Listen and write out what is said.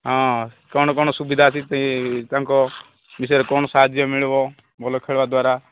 ହଁ କ'ଣ କ'ଣ ସୁବିଧା ଅଛି ସିଏ ତାଙ୍କ ବିଷୟରେ କ'ଣ ସାହାଯ୍ୟ ମିଳିବ ବୋଲେ ଖେଳ ଦ୍ୱାରା